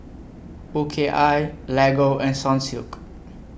O K I Lego and Sunsilk